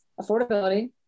affordability